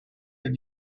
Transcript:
have